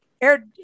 air